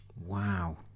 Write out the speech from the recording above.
Wow